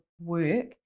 work